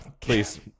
please